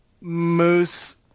Moose